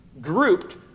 grouped